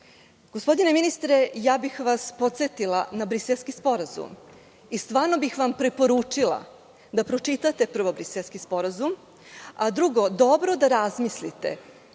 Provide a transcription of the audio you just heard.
Gospodine ministre, ja bih vas podsetila na Briselski sporazum i stvarno bih vam preporučila da pročitate prvo Briselski sporazum, a drugo, dobro da razmislite